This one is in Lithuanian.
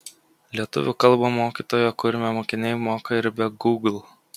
lietuvių kalbą mokytojo kurmio mokiniai moka ir be gūgl